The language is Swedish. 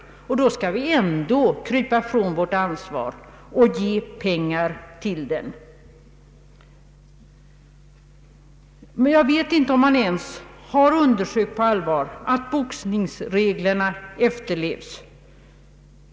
Skall vi trots detta krypa ifrån vårt ansvar och ge pengar till den? Jag vet inte om man ens på allvar har undersökt att boxningsreglerna efterlevs.